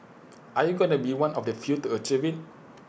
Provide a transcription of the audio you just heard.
are you gonna be one of the few to achieve IT